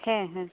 ᱦᱮᱸ ᱦᱮᱸ